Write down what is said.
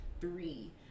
three